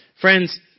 Friends